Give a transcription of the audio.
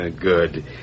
Good